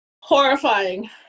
horrifying